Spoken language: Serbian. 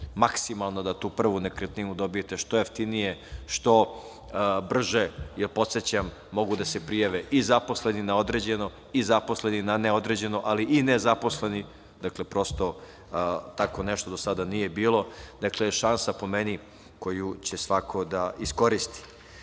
maksimalno da tu prvu nekretninu dobijete što jeftinije, što brže, jer, podsećam, mogu da se prijave i zaposleni na određeno i zaposleni na neodređeno, ali i nezaposleni. Dakle, prosto, tako nešto do sada nije bilo i ovo je šansa koju će, po meni, svako da iskoristi. Drugi